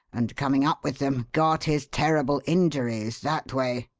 and, coming up with them, got his terrible injuries that way.